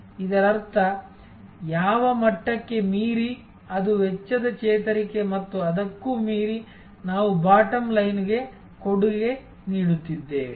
ಇದರರ್ಥ ಯಾವ ಮಟ್ಟಕ್ಕೆ ಮೀರಿ ಅದು ವೆಚ್ಚದ ಚೇತರಿಕೆ ಮತ್ತು ಅದಕ್ಕೂ ಮೀರಿ ನಾವು ಬಾಟಮ್ ಲೈನ್ಗೆ ಕೊಡುಗೆ ನೀಡುತ್ತಿದ್ದೇವೆ